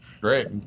Great